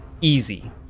easy